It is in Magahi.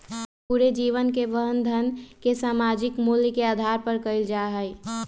पूरे जीवन के वहन धन के सामयिक मूल्य के आधार पर कइल जा हई